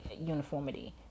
uniformity